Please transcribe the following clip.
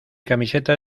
camiseta